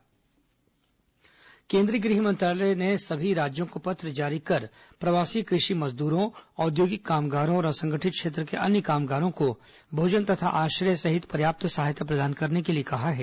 corona advisory केंद्रीय गृह मंत्रालय ने सभी राज्यों को पत्र जारी कर प्रवासी कृषि मजदूरों औद्योगिक कामगारों और असंगठित क्षेत्र के अन्य कामगारों को भोजन तथा आश्रय सहित पर्याप्त सहायता प्रदान करने के लिए कहा है